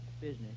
business